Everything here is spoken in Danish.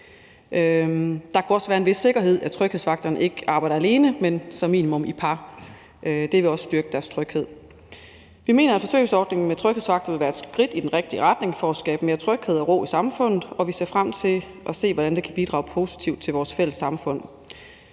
Der kunne også være en vis sikkerhed i, at tryghedsvagterne ikke skulle arbejde alene, men som minimum i par. Det ville også styrke deres tryghed. Vi mener, at forsøgsordningen med tryghedsvagter vil være et skridt i den rigtige retning for at skabe mere tryghed og ro i samfundet, og vi ser frem til at se, hvordan det kan bidrage positivt til vores fælles samfund.